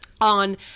On